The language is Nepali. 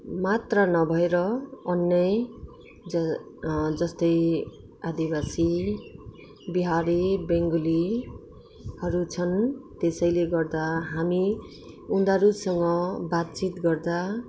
मात्र नभएर अन्य ज जस्तै आदिवासी बिहारी बङ्गालीहरू छन् त्यसैले गर्दा हामी उनीहरूसँग बातचित गर्दा